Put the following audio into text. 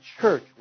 church